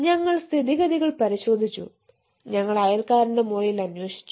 ഞങ്ങൾ സ്ഥിതിഗതികൾ പരിശോധിച്ചു ഞങ്ങൾ അയൽക്കാരന്റെ മുറിയിൽ അന്വേഷിച്ചു